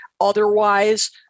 otherwise